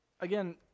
again